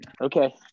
okay